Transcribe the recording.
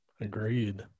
Agreed